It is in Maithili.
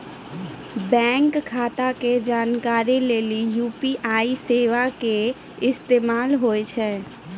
बैंक खाता के जानकारी लेली यू.पी.आई सेबा के इस्तेमाल होय छै